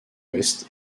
ouest